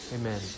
Amen